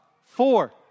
Four